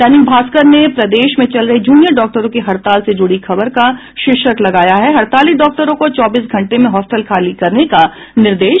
दैनिक भास्कर ने प्रदेश में चल रही जूनियर डॉक्टरों की हड़ताल से जुड़ी खबर का शीर्षक लगाया है हड़ताली डॉक्टरों को चौबीस घंटे में हॉस्टल खाली करने का निर्देश